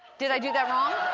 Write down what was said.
did i do that wrong?